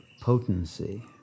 potency